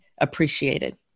appreciated